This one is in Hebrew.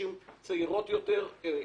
נשים צעירות יותר,